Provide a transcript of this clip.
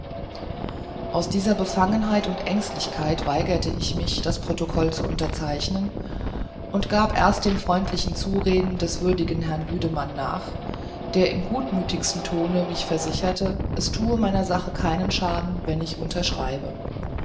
aus dieser befangenheit und ängstlichkeit weigerte ich mich das protokoll zu unterzeichnen und gab erst dem freundlichen zureden des würdigen herrn lüdemann nach der im gutmüthigsten tone mich versicherte es thue meiner sache keinen schaden wenn ich unterschriebe